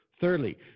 Thirdly